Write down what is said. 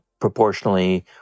proportionally